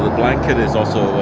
blanket is also